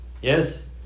Yes